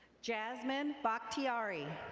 jasmine batiari.